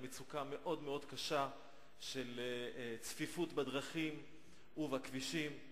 מצוקה מאוד מאוד קשה של צפיפות בדרכים ובכבישים.